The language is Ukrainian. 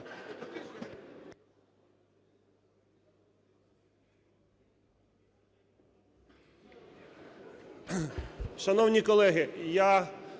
Шановні колеги, я